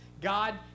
God